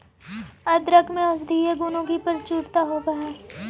अदरक में औषधीय गुणों की प्रचुरता होवअ हई